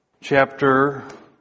chapter